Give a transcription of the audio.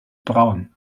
braun